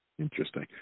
Interesting